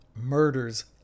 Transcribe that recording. murders